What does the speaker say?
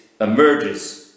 emerges